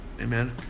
Amen